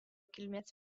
kilmės